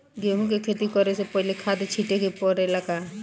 गेहू के खेती करे से पहिले खाद छिटे के परेला का?